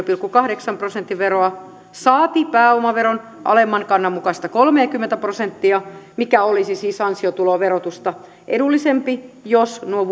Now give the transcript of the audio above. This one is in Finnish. pilkku kahdeksan prosentin veroa saati pääomaveron alemman kannan mukaista kolmeakymmentä prosenttia mikä olisi siis ansiotuloverotusta edullisempi jos nuo